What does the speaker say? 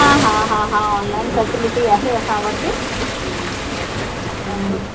हा हा हा हा ऑनलाइन फैसिलिटी आहे असां वटि हा